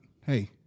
hey